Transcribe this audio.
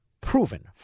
proven